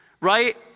right